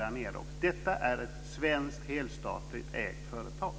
Detta är ett svenskt helstatligt ägt företag.